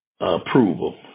approval